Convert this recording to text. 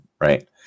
right